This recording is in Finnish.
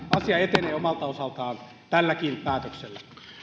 asia etenee omalta osaltaan tälläkin päätöksellä